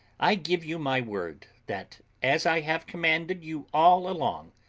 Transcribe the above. i give you my word, that as i have commanded you all along,